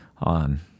on